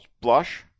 blush